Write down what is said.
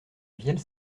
vielle